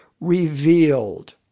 revealed